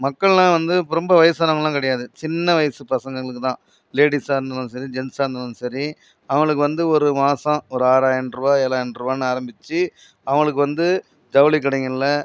மக்கள்னா வந்து ரொம்ப வயசானவங்கள்லாம் கிடையாது சின்ன வயசு பசங்களுக்குத்தான் லேடிஸாக இருந்தாலும் சரி ஜென்ஸாக இருந்தாலும் சரி அவங்களுக்கு வந்து ஒரு மாசம் ஒரு ஆறான்ருவா ஏழான்ருவானு ஆரமிச்சு அவங்களுக்கு வந்து ஜவுளி கடைங்கள்ல